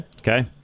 Okay